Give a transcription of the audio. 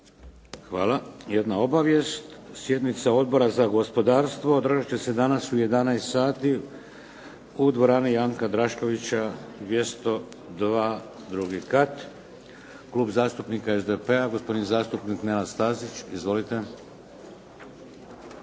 Hvala. Jedna obavijest. Sjednica Odbora za gospodarstvo održat će se danas u 11 sati u dvorani Janka Draškovića, 202, II kat. Klub zastupnika SDP-a. Gospodin zastupnik Nenad Stazić. Izvolite.